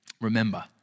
Remember